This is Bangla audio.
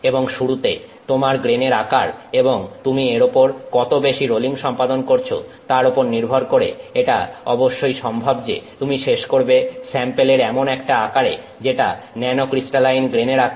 এবং শুরুতে তোমার গ্রেনের আকার এবং তুমি এর উপর কত বেশি রোলিং সম্পাদন করেছো তার ওপর নির্ভর করে এটা অবশ্যই সম্ভব যে তুমি শেষ করবে স্যাম্পেলের এমন একটা আকারে যেটা ন্যানোক্রিস্টালাইন গ্রেনের আকার